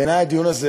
בעיני הדיון הזה